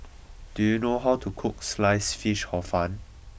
do you know how to cook Sliced Fish Hor Fun